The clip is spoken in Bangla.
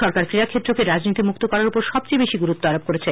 সরকার ক্রীড়া ক্ষেত্রকে রাজনীতি মুক্ত করার উপর সবচেয়ে বেশি গুরুত্ব দিয়েছে